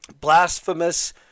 blasphemous